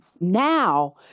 now